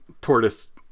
tortoise